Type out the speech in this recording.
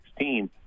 2016